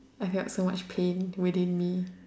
I felt so much pain within me